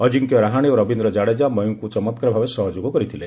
ଅଜିଙ୍କ୍ୟ ରାହାଣେ ଓ ରବୀନ୍ଦ୍ର ଜାଡେଜା ମୟଙ୍କଙ୍କୁ ଚମତ୍କାର ଭାବେ ସହଯୋଗ କରିଥିଲେ